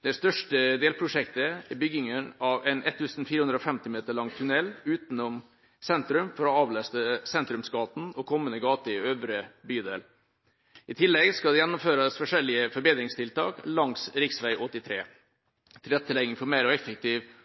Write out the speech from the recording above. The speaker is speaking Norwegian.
Det største delprosjektet er byggingen av en 1 450 meter lang tunnel utenom sentrum for å avlaste sentrumsgatene og kommende gater i øvre bydel. I tillegg skal det gjennomføres forskjellige forbedringstiltak langs rv. 83, tilrettelegging for mer effektiv og